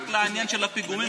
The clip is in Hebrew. רק לעניין של הפיגומים,